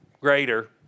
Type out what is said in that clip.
Greater